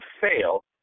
fail